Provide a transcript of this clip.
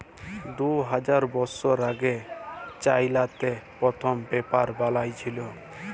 দু হাজার বসর আগে চাইলাতে পথ্থম পেপার বালাঁই ছিল